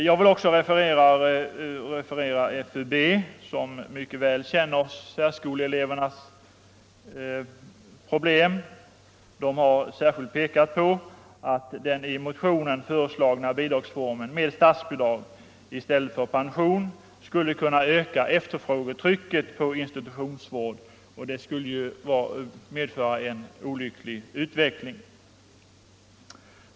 Jag vill också referera till FUB, som mycket väl känner särskoleelevernas problem och som särskilt har pekat på att den i motionen föreslagna bidragsformen med statsbidrag i stället för pension skulle kunna öka efterfrågetrycket på institutionsvård. Det skulle ju medföra en olycklig utveckling.